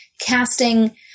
casting